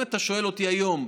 אם אתה שואל אותי היום,